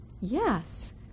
yes